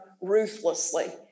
ruthlessly